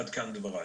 עד כאן דבריי.